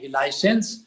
license